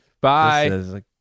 Bye